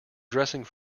dressing